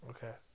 Okay